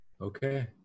Okay